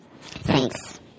Thanks